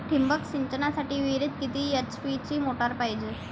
ठिबक सिंचनासाठी विहिरीत किती एच.पी ची मोटार पायजे?